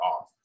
off